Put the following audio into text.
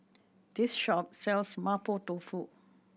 this shop sells Mapo Tofu